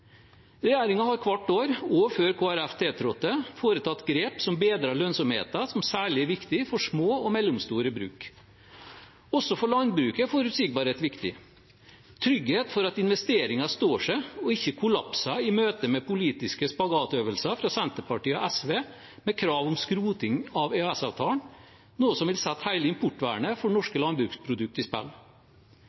har hvert år, også før Kristelig Folkeparti tiltrådte, foretatt grep som bedrer lønnsomheten, som særlig er viktig for små og mellomstore bruk. Også for landbruket er forutsigbarhet viktig – trygghet for at investeringer står seg og ikke kollapser i møte med politiske spagatøvelser fra Senterpartiet og SV med krav om skroting av EØS-avtalen, noe som vil sette hele importvernet for norske landbruksprodukter i spill.